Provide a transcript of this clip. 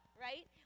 right